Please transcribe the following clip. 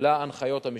להנחיות המשפטיות.